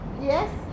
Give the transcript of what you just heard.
Yes